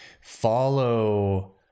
follow